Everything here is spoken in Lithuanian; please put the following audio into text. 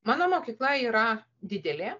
mano mokykla yra didelė